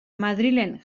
madrilen